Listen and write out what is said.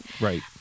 Right